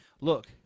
look